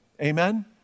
Amen